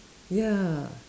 ya